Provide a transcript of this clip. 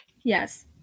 Yes